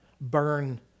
burn